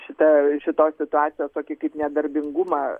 šitą šitos situacijos tokį kaip nedarbingumą